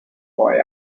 boy